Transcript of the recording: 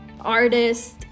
artist